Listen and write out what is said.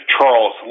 Charles